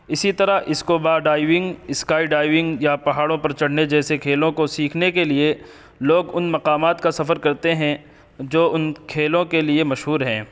اسی طرح scuba diving skydiving یا پہاڑوں پر چڑھنے جیسے کھیلوں کو سیکھنے کے لیے لوگ ان مقامات کا سفر کرتے ہیں جو ان کھیلوں کے لیے مشہور ہیں